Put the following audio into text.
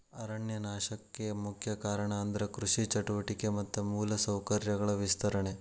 ಅರಣ್ಯ ನಾಶಕ್ಕೆ ಮುಖ್ಯ ಕಾರಣ ಅಂದ್ರ ಕೃಷಿ ಚಟುವಟಿಕೆ ಮತ್ತ ಮೂಲ ಸೌಕರ್ಯಗಳ ವಿಸ್ತರಣೆ